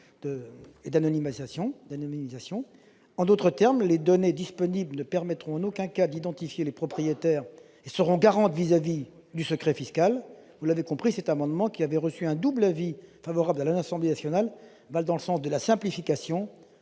d'anonymisation. En d'autres termes, les données disponibles ne permettront en aucun cas d'identifier les propriétaires et seront garantes vis-à-vis du secret fiscal. Vous l'avez compris, cet amendement, qui avait reçu un double avis favorable à l'Assemblée nationale, va dans le sens de la simplification,